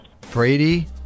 Brady